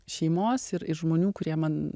šeimos ir ir žmonių kurie man